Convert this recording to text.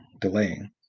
delaying